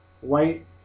White